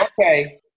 Okay